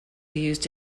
used